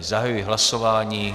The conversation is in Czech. Zahajuji hlasování.